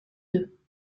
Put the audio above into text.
deux